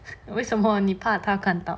为什么你怕他看到